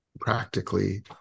Practically